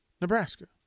Nebraska